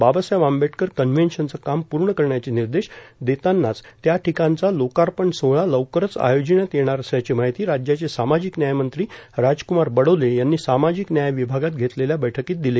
बाबासाहेब आंबेडकर कन्व्हेंशनचं काम पूर्ण करण्याचे निर्देश देतांनाच याठिकाणचा लोकार्पण सोहळा लवकरच आयोजिण्यात येणार असल्याची माहिती राज्याचे सामाजिक न्यायमंत्री राजक्मार बडोले यांनी सामाजिक न्याय विभागात घेतलेल्या बैठकीत दिले